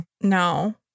No